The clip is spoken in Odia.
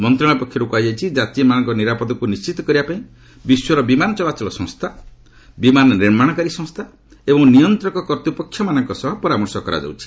ମନ୍ତ୍ରଣାଳୟ ପକ୍ଷରୁ କୁହାଯାଇଛି ଯାତ୍ରୀମାନଙ୍କ ନିରାପଦକୁ ନିଶ୍ଚିତ କରିବା ପାଇଁ ବିଶ୍ୱର ବିମାନ ଚଳାଚଳ ସଂସ୍ଥା ବିମାନ ନିର୍ମାଣକାରୀ ସଂସ୍ଥା ଏବଂ ନିୟନ୍ତ୍ରକ କର୍ତ୍ତପକ୍ଷମାନଙ୍କ ସହ ପରାମର୍ଶ କରାଯାଉଛି